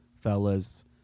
fellas